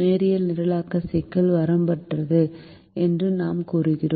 நேரியல் நிரலாக்க சிக்கல் வரம்பற்றது என்று நாம் கூறுகிறோம்